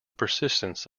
persistence